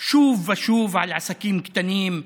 שוב ושוב על עסקים קטנים,